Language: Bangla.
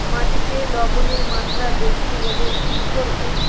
মাটিতে লবণের মাত্রা বেশি হলে কি করব?